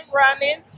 running